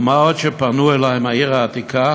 ומה עוד, פנו אלי מהעיר העתיקה